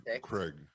craig